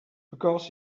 because